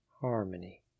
harmony